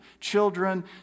children